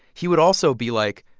he would also be like,